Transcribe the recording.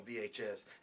VHS